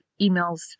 emails